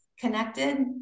connected